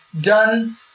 done